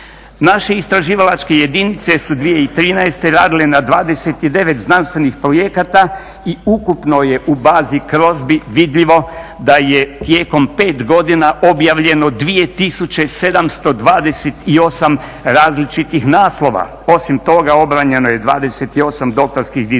Naše istraživalačke jedinice su 2013. radile na 29 znanstvenih projekata i ukupno je u bazi Crozbi vidljivo da je tijekom pet godina objavljeno 2728 različitih naslova. Osim toga, obranjeno je 28 doktorskih disertacija,